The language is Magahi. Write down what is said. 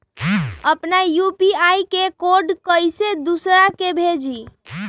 अपना यू.पी.आई के कोड कईसे दूसरा के भेजी?